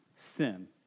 sin